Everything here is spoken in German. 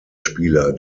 spieler